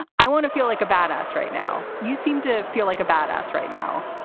i want to feel like a bad ass right now. you seem to feel like a bad ass right now.